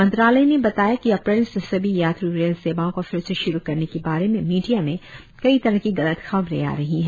मंत्रालय ने बताया कि अप्रैल से सभी यात्री रेल सेवाओं को फिर से शुरू करने के बारे में मीडिया में कई तरह की गलत खबरें आ रही हैं